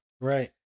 Right